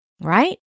right